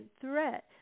threat